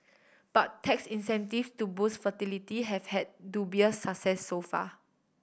but tax incentives to boost fertility have had dubious success so far